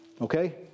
Okay